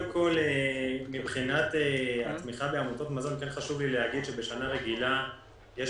מבחינת התמיכה בעמותות מזון, בשנה רגילה יש